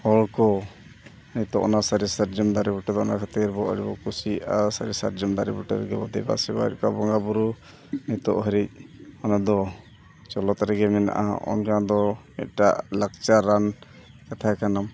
ᱦᱚᱲ ᱠᱚ ᱱᱤᱛᱳᱜ ᱚᱱᱟ ᱥᱟᱹᱨᱤ ᱥᱟᱨᱡᱚᱢ ᱫᱟᱨᱮ ᱵᱩᱴᱟᱹᱨᱮ ᱚᱱᱟ ᱠᱷᱟᱹᱛᱤᱨ ᱟᱵᱚ ᱟᱹᱰᱤ ᱵᱚᱱ ᱠᱩᱥᱤᱭᱟᱜᱼᱟ ᱥᱟᱹᱨᱤ ᱥᱟᱨᱡᱚᱢ ᱫᱟᱨᱮ ᱵᱩᱴᱟᱹ ᱨᱮᱜᱮ ᱵᱚᱱ ᱫᱮᱵᱟ ᱥᱮᱵᱟᱭᱮᱫ ᱠᱚᱣᱟ ᱵᱚᱸᱜᱟᱼᱵᱩᱨᱩ ᱱᱤᱛᱳᱜ ᱦᱟᱹᱨᱤᱡᱽ ᱚᱱᱟᱫᱚ ᱪᱚᱞᱚᱛ ᱨᱮᱜᱮ ᱢᱮᱱᱟᱜᱼᱟ ᱚᱱᱟ ᱫᱚ ᱮᱴᱟᱜ ᱞᱟᱠᱪᱟᱨᱟᱱ ᱠᱟᱛᱷᱟ ᱠᱟᱱᱟ